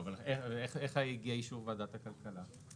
איך הגיע אישור ועדת הכלכלה?